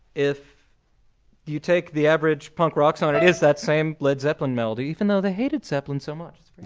if you take the average punk rock song, it is that same led zeppelin melody, even though they hated zeppelin so much. it